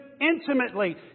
intimately